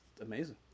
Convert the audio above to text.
amazing